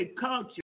culture